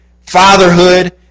fatherhood